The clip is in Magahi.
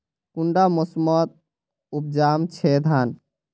कुंडा मोसमोत उपजाम छै धान?